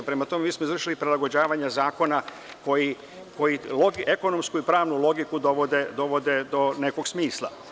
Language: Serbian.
Mi smo izvršili prilagođavanje zakona koji ekonomsku i pravnu logiku dovodi do nekog smisla.